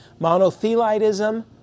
Monothelitism